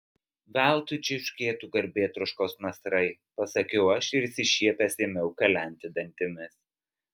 veltui čiauškėtų garbėtroškos nasrai pasakiau aš ir išsišiepęs ėmiau kalenti dantimis